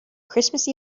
christmas